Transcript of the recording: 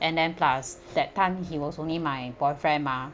and then plus that time he was only my boyfriend mah